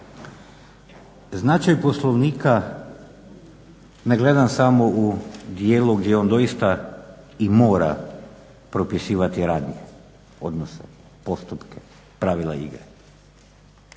Značaj Poslovnika ne gledam samo u dijelu gdje on doista i mora propisivati radne odnose, postupke, pravila igre.